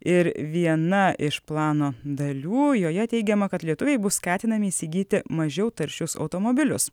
ir viena iš plano dalių joje teigiama kad lietuviai bus skatinami įsigyti mažiau taršius automobilius